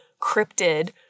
cryptid